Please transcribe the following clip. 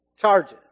charges